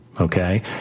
Okay